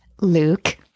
Luke